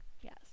Yes